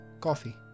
coffee